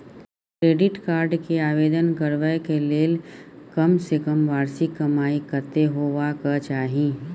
Credit card के आवेदन करबैक के लेल कम से कम वार्षिक कमाई कत्ते होबाक चाही?